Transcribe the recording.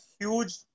huge